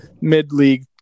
mid-league